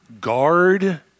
guard